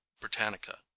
Britannica